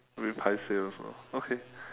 very paiseh also okay